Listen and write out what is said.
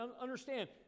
understand